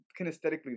kinesthetically